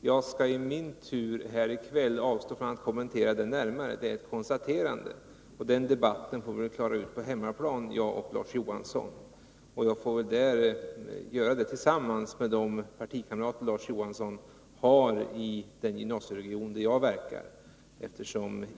Jag skall i min tur här i kväll avstå från att kommentera det närmare. Det är bara ett konstaterande. Den debatten får vi klara ut på hemmaplan, jag och Larz Johansson. Jag får väl diskutera med de partikamrater Larz Johansson har i den gymnasieregion där jag verkar.